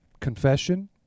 confession